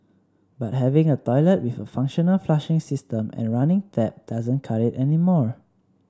but having a toilet with a functional flushing system and running tap doesn't cut it anymore